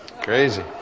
Crazy